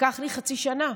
לקח לי חצי שנה.